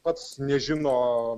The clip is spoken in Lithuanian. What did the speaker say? pats nežino